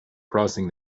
crossing